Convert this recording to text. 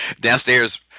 downstairs